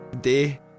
day